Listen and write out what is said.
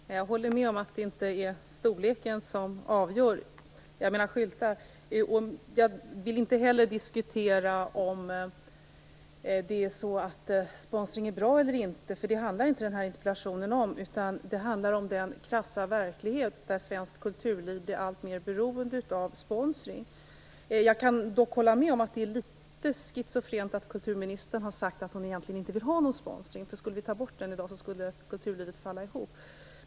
Herr talman! Jag håller med om att det inte är storleken som avgör när det gäller skyltar. Jag vill inte heller diskutera om sponsring är bra eller inte. Den här interpellationen handlar inte om det. Den handlar om den krassa verklighet där svenskt kulturliv blir allt mer beroende av sponsring. Jag kan dock hålla med om att det är litet schizofrent att kulturministern har sagt att hon inte vill ha någon sponsring. Om vi i dag skulle ta bort den skulle kulturlivet falla ihop.